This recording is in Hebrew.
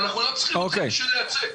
לייצא, אנחנו לא צריכים אתכם בשביל לייצא.